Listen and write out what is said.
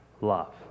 love